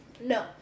No